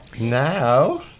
now